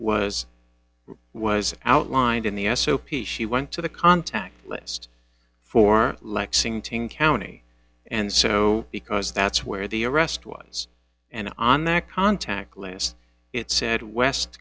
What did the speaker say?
was was outlined in the s o p she went to the contact list for lexington county and so because that's where the arrest ones and on their contact list it said west